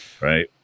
right